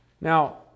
Now